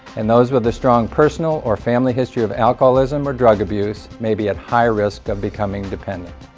and those with a strong personal or family history of alcoholism or drug abuse may be at high risk of becoming dependent.